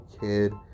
kid